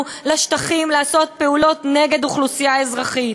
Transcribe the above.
לשטחים לעשות פעולות נגד אוכלוסייה אזרחית.